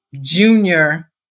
junior